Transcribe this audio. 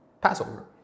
Passover